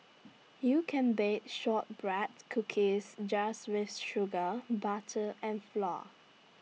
you can bake Shortbread Cookies just with sugar butter and flour